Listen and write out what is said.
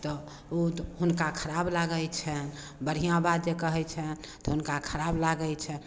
तऽ ओ तऽ हुनका खराब लागै छनि बढ़िआँ बात जे कहै छनि तऽ हुनका खराब लागै छनि